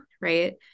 right